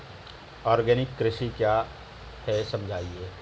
Organic कृषि क्या है समझाइए?